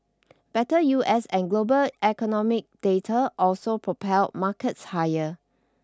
better U S and global economic data also propelled markets higher